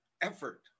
effort